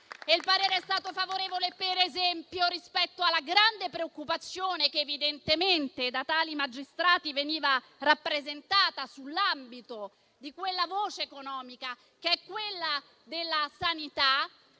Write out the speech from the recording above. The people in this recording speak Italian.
Il parere è stato favorevole, per esempio, rispetto alla grande preoccupazione che evidentemente da quei magistrati veniva rappresentata sulla voce economica della sanità,